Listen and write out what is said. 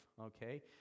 okay